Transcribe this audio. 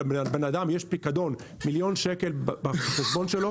שלבן אדם יש פיקדון מיליון שקלים בחשבון שלו,